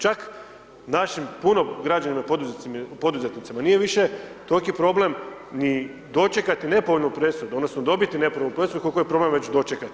Čak našim, puno građanima, poduzetnicima nije više toliki problem ni dočekati nepovoljnu presudu, odnosno dobiti nepovoljnu presudu koliko je problem već dočekati.